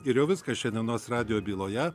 ir jau viskas šiandienos radijo byloje